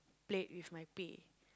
played with my pay